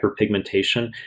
hyperpigmentation